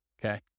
Okay